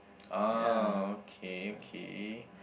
oh okay okay